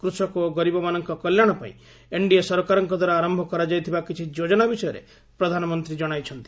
କୃଷକ ଓ ଗରିବମାନଙ୍କ କଲ୍ୟାଣ ପାଇଁ ଏନଡିଏ ସରକାରଙ୍କ ଦ୍ୱାରା ଆରମ୍ଭ କରାଯାଇଥିବା କିଛି ଯୋଜନା ବିଷୟରେ ପ୍ରଧାନମନ୍ତ୍ରୀ ଜଣାଇଛନ୍ତି